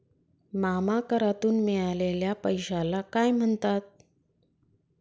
मामा करातून मिळालेल्या पैशाला काय म्हणतात?